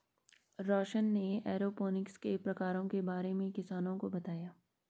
रौशन ने एरोपोनिक्स के प्रकारों के बारे में किसानों को बताया